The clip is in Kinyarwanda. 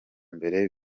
mbere